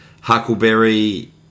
Huckleberry